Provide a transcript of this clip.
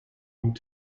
und